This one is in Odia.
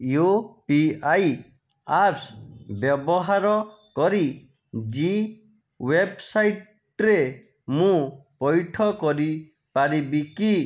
ୟୁ ପି ଆଇ ଆପ୍ସ ବ୍ୟବହାର କରି ଜୀ ୱେବସାଇଟ୍ ରେ ମୁଁ ପଇଠ କରିପାରିବି କି